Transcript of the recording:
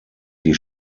die